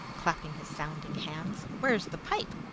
clapping his sounding hands. where's the pipe?